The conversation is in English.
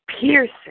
piercing